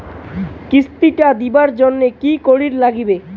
কিস্তি টা দিবার জন্যে কি করির লাগিবে?